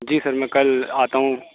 جی sir میں کل آتا ہوں